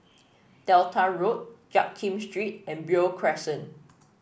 Delta Road Jiak Kim Street and Beo Crescent